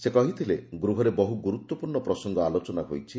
ସେ କହିଛନ୍ତି ଗୃହରେ ବହୁ ଗୁରୁତ୍ପୂର୍ଣ୍ଣ ପ୍ରସଙ୍ଙ ଆଲୋଚନା ହୋଇଛି